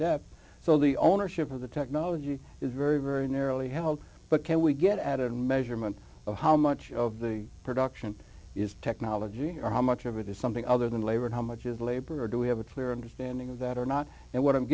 depth so the ownership of the technology is very very narrowly held but can we get at a measurement of how much of the production is technology or how much of it is something other than labor how much is labor do we have a clear understanding of that or not and what i'm